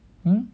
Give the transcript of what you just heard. hmm